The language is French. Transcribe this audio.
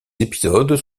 épisodes